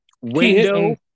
Window